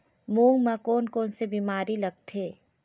मूंग म कोन कोन से बीमारी लगथे?